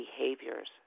behaviors